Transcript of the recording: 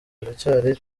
biracyari